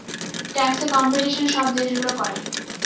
ট্যাক্সে কম্পিটিশন সব দেশগুলো করে